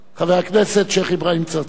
חבר הכנסת שיח' אברהים צרצור.